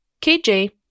KJ